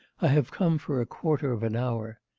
i have come for a quarter of an hour.